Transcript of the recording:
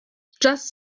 just